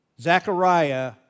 Zechariah